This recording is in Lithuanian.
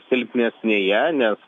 silpnesnėje nes